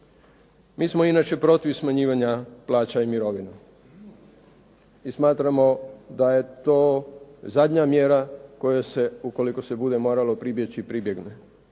Mi smo inače protiv smanjivanja plaća i mirovina. Mi smatramo da je to zadnja mjera kojoj se ukoliko se bude moralo pribjeći pribjegne